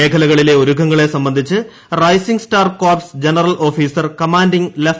മേഖലകളിലെ ഒരുക്കങ്ങളെ സംബന്ധിച്ച് Rising Star Corps general officer commanding ലഫ്